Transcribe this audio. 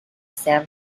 sam